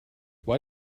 why